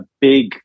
big